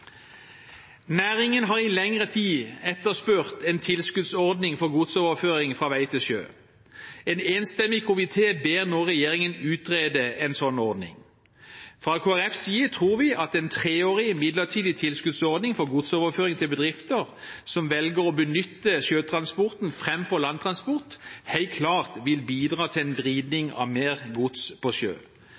Næringen har i lengre tid etterspurt en tilskuddsordning for godsoverføring fra vei til sjø. En enstemmig komité ber nå regjeringen utrede en slik ordning. Fra Kristelig Folkepartis side tror vi at en treårig midlertidig tilskuddsordning for godsoverføring til bedrifter som velger å benytte sjøtransport framfor landtransport, helt klart vil bidra til en vridning av mer gods på sjø.